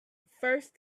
first